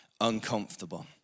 uncomfortable